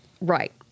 Right